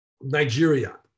Nigeria